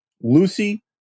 Lucy